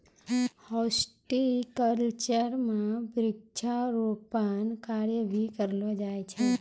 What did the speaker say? horticulture म वृक्षारोपण कार्य भी करलो जाय छै